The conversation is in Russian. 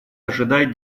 ожидает